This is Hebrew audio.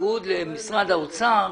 ובניגוד למשרד האוצר,